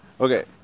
okay